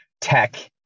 tech